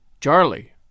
Charlie